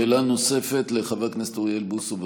שאלה נוספת, לחבר הכנסת אוריאל בוסו.